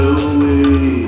away